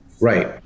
Right